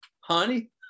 honey